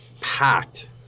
packed